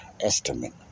estimate